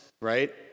right